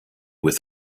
with